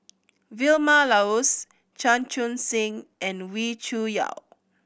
Vilma Laus Chan Chun Sing and Wee Cho Yaw